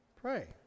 pray